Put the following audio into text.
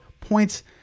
points